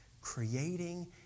creating